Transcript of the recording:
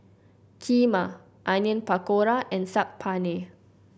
Kheema Onion Pakora and Saag Paneer